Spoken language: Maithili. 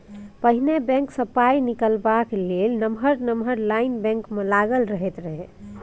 पहिने बैंक सँ पाइ निकालबाक लेल नमहर नमहर लाइन बैंक मे लागल रहैत रहय